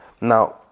now